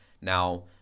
now